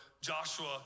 Joshua